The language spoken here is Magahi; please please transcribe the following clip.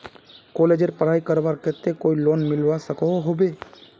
कॉलेजेर पढ़ाई करवार केते कोई लोन मिलवा सकोहो होबे?